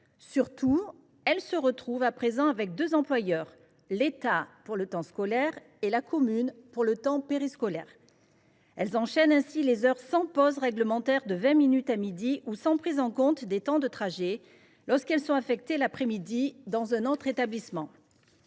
Surtout, elles se retrouvent à présent avec deux employeurs : l’État pour le temps scolaire, et la commune pour le temps périscolaire. Elles enchaînent ainsi les heures sans pause réglementaire de vingt minutes à midi ou sans prise en compte des temps de trajet lorsqu’elles sont affectées l’après midi dans un autre établissement.